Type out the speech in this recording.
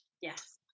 Yes